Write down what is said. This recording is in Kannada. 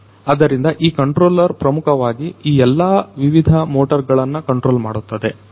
ಆದ್ದರಿಂದ ಈ ಕಂಟ್ರೋಲರ್ ಪ್ರಮುಖವಾಗಿ ಈ ಎಲ್ಲಾ ವಿವಿಧ ಮೋಟಾರ್ ಗಳನ್ನು ಕಂಟ್ರೋಲ್ ಮಾಡುತ್ತದೆ